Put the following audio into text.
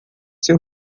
seu